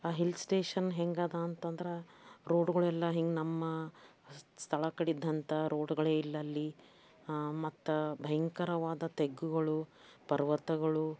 ಆ hills station ಹೆಂಗದ ಅಂತ ಅಂದ್ರೆ ರೋಡುಗಳೆಲ್ಲ ಹೆಂಗೆ ನಮ್ಮ ಸ್ಥಳ ಕಡಿದ್ಹಂಥ ರೋಡುಗಳೇ ಇಲ್ಲ ಅಲ್ಲಿ ಮತ್ತು ಭಯಂಕರವಾದ ತೆಗ್ಗುಗಳು ಪರ್ವತಗಳು